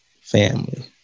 family